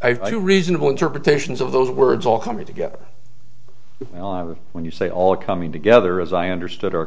i do reasonable interpretations of those words all coming together when you say all coming together as i understood our